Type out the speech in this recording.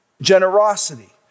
Generosity